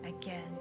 again